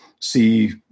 see